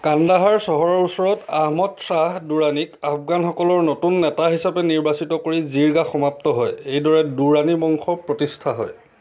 কান্দাহাৰ চহৰৰ ওচৰত আহমদ শ্বাহ দুৰাণীক আফগানসকলৰ নতুন নেতা হিচাপে নিৰ্বাচিত কৰি জিৰ্গা সমাপ্ত হয় এইদৰে দুৰাণী বংশ প্ৰতিষ্ঠা হয়